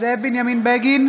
זאב בנימין בגין,